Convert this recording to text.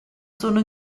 sono